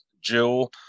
Jill